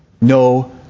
no